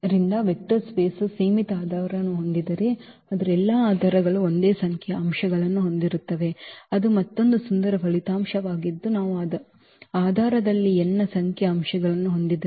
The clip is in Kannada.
ಆದ್ದರಿಂದ ವೆಕ್ಟರ್ ಸ್ಪೇಸ್ ವು ಸೀಮಿತ ಆಧಾರವನ್ನು ಹೊಂದಿದ್ದರೆ ಅದರ ಎಲ್ಲಾ ಆಧಾರಗಳು ಒಂದೇ ಸಂಖ್ಯೆಯ ಅಂಶಗಳನ್ನು ಹೊಂದಿರುತ್ತವೆ ಅದು ಮತ್ತೊಂದು ಸುಂದರ ಫಲಿತಾಂಶವಾಗಿದ್ದು ನಾವು ಆಧಾರದಲ್ಲಿ n ಸಂಖ್ಯೆಯ ಅಂಶಗಳನ್ನು ಹೊಂದಿದ್ದರೆ